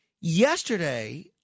Yesterday